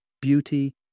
Beauty